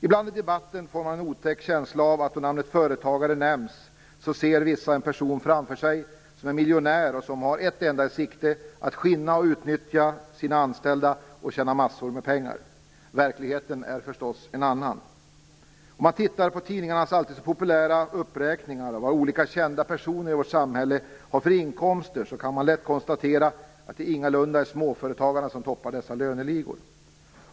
Ibland i debatten får man en otäck känsla av att då namnet företagare nämns ser vissa en person framför sig som är miljonär och som har ett enda i sikte: att skinna och utnyttja sina anställda och tjäna massor av pengar. Verkligheten är förstås en annan. Om man tittar på tidningarnas alltid så populära uppräkningar av vad olika kända personer i vårt samhälle har för inkomster kan man lätt konstatera att det ingalunda är småföretagarna som toppar dessa löneligor.